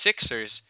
Sixers